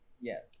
yes